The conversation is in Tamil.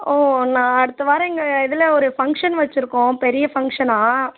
ஓ நான் அடுத்த வாரம் எங்கள் இதில் ஒரு ஃபங்க்ஷன் வெச்சுருக்கோம் பெரிய ஃபங்க்ஷனாக